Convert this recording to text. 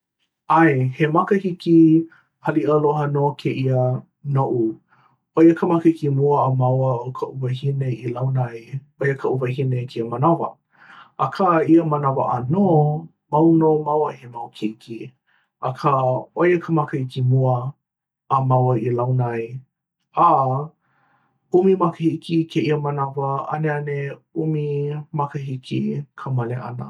ʻae, he makahiki haliʻa aloha nō kēia noʻu. ʻoia ka makahiki mua a māua ʻo kaʻu wahine i launa ai, ʻoia kaʻu wahine kēia manawa. akā i ia manawa ʻānō, mau nō māua he mau keiki. akā ʻoia ka makahiki mua a māua i launa ai. a ʻumi makahiki kēia manawa aneane ʻumi makahiki ka male ʻana.